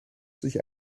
sich